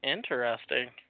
Interesting